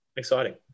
Exciting